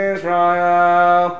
Israel